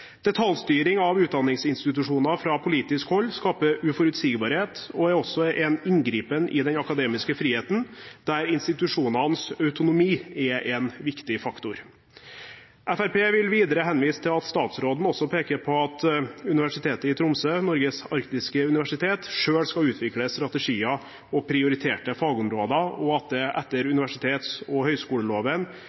Detaljstyring av utdanningsinstitusjoner fra politisk hold skaper uforutsigbarhet og er også en inngripen i den akademiske friheten, der institusjonenes autonomi er en viktig faktor. Fremskrittspartiet vil videre henvise til at statsråden også peker på at Universitetet i Tromsø – Norges arktiske universitet selv skal utvikle strategier og prioriterte fagområder, og at det etter universitets- og høyskoleloven